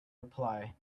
reply